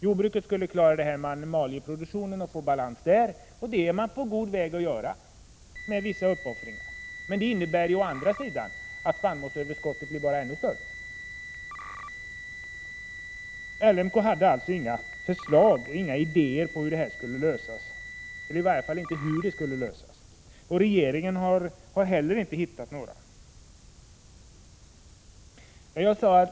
Jordbruket skulle klara animalieproduktionen och skapa balans, vilket man är på god väg att göra, med vissa uppoffringar. Det innebär å andra sidan att spannmålsöverskottet blir ännu större. LMK hade alltså inga förslag till hur detta problem skulle lösas, och regeringen har inte heller hittat några.